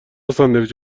ساندویچ